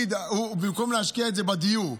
במקום להשקיע את זה בדיור,